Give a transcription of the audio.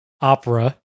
opera